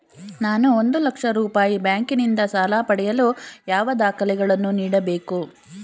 ನಾನು ಒಂದು ಲಕ್ಷ ರೂಪಾಯಿ ಬ್ಯಾಂಕಿನಿಂದ ಸಾಲ ಪಡೆಯಲು ಯಾವ ದಾಖಲೆಗಳನ್ನು ನೀಡಬೇಕು?